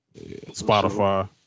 spotify